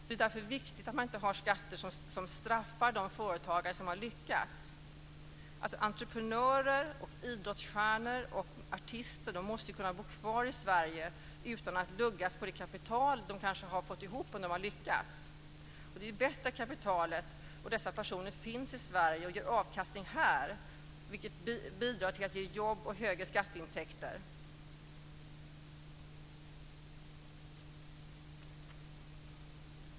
Det är därför viktigt att man inte har skatter som straffar de företagare som har lyckats. Entreprenörer, idrottsstjärnor och artister måste kunna bo kvar i Sverige utan att luggas på det kapital de kanske har fått ihop om de har lyckats. Det är bättre att kapitalet och dessa personer finns i Sverige och ger avkastning här, vilket bidrar till att ge jobb och högre skatteintäkter.